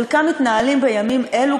שחלקם מתנהלים בימים אלו,